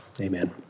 Amen